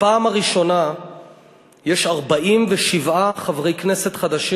בפעם הראשונה יש 47 חברי כנסת חדשים.